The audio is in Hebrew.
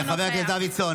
חבר הכנסת דוידסון,